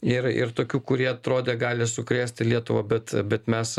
ir ir tokių kurie atrodė gali sukrėsti lietuvą bet bet mes